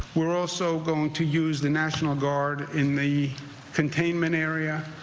we're ah so going to use the national guard in the containment area